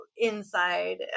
inside